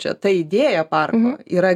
čia ta idėja parkų yra